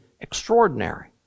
extraordinary